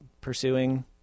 pursuing